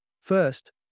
First